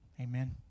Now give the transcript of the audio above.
Amen